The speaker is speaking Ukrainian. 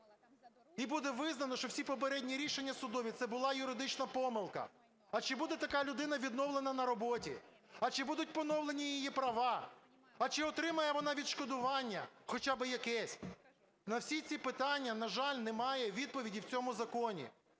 і буде визнано, що всі попередні рішення судові - це була юридична помилка? А чи буде така людина відновлена на роботі? А чи будуть поновлені її права? А чи отримає вона відшкодування, хоча би якесь? На всі ці питання, на жаль, немає відповіді в цьому законі.